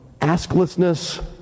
asklessness